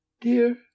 Dear